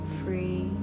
free